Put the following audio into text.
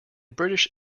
british